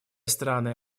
страны